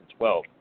2012